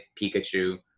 pikachu